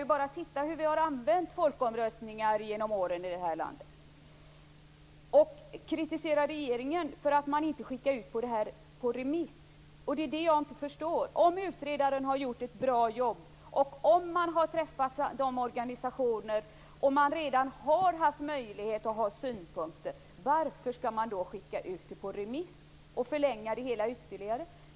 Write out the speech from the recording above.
Vi kan titta på hur vi har använt resultaten av folkomröstningar genom åren i det här landet. Jag kan inte förstå att regeringen kritiseras för att ärendet inte har skickats ut på remiss. Om utredaren har gjort ett bra jobb, har träffat organisationer och fått in synpunkter, varför skall ärendet skickas ut på remiss och förlänga det hela ytterligare?